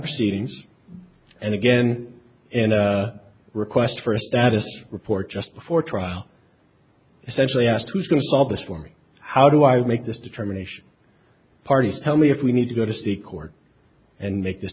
proceedings and again in a request for a status report just before trial essentially asked who is going to publish for me how do i make this determination parties tell me if we need to go to sea court and make this